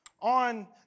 on